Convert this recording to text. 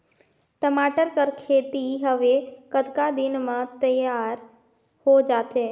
टमाटर कर खेती हवे कतका दिन म तियार हो जाथे?